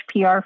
PR